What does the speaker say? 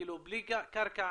כי בלי קרקע